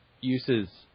uses